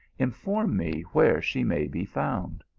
inform me where she may be found.